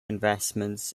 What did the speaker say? investments